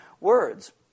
words